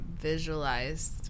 visualized